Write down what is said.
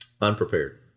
Unprepared